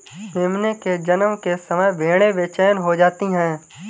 मेमने के जन्म के समय भेड़ें बेचैन हो जाती हैं